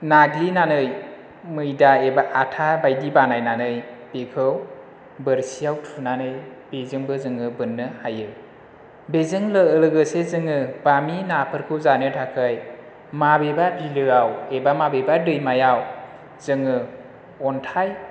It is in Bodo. नाग्लिनानै मैदा एबा आटा बायदि बानायनानै बेखौ बोरसियाव थुनानै बिजोंबो जोङो बोन्नो हायो बेजों लोगोसे जोङो बामि नाफोरखौ जानो थाखाय माबेबा बिलोयाव एबा माबेबा दैमायाव जोङो अन्थाइ